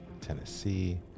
Tennessee